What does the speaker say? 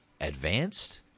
advanced